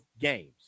games